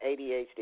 ADHD